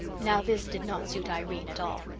now this did not suit irene at all.